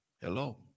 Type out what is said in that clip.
Hello